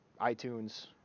itunes